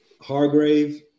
Hargrave